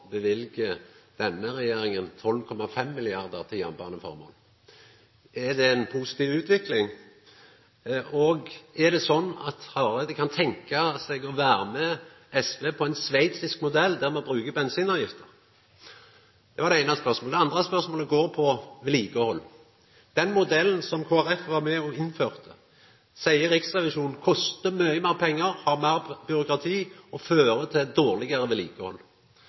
denne regjeringa 12,5 mrd. kr til jernbaneformål – er det ei positiv utvikling? Kan Hareide tenkja seg å vera med SV på ein sveitsisk modell, der me bruker bensinavgifta? Det var det eine spørsmålet. Det andre spørsmålet går på vedlikehald. Riksrevisjonen seier at den modellen som Kristeleg Folkeparti var med og innførte, kostar mykje meir pengar, har meir byråkrati og fører til dårlegare vedlikehald.